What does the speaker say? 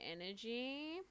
energy